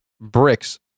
bricks